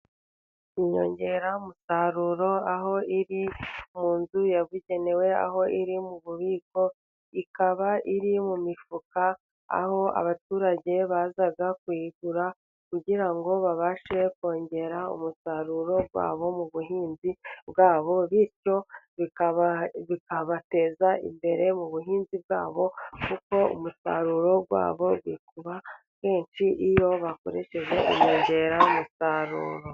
Inyongera musaruro aho iri mu nzu yabugenewe, aho iri mu bubiko, ikaba iri mu mifuka aho abaturage baza kuyigura kugira ngo babashe kongera umusaruro wabo mu buhinzi bwabo, bityo bika bikabateza imbere mu buhinzi bwabo, kuko umusaruro wabo bikuba myinshi iyo bakoresheje inyongera musaruro.